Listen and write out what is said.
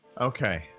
Okay